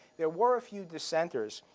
there were a few dissenters.